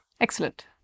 Excellent